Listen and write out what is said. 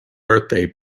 birthday